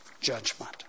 judgment